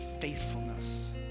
faithfulness